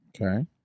Okay